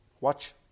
Watch